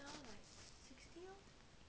sixty ah